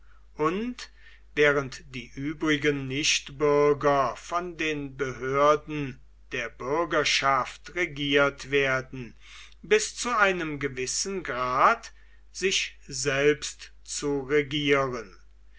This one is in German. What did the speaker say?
und während die übrigen nichtbürger von den behörden der bürgerschaft regiert werden bis zu einem gewissen grad sich selbst zu regieren